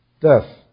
Death